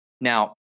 Now